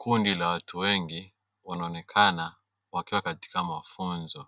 Kundi la watu wengi wanaonekana wakiwa katika mafunzo